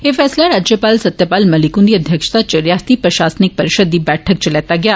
एह फैसला राज्यपाल सत्यपाल मलिक हुंदी अध्यक्षता इच रियासती प्रषासनिक परिशद दी बैठक इच लैता गेआ